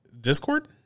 Discord